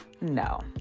No